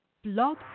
blog